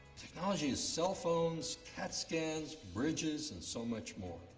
technology is cell phones, cat scans, bridges, and so much more.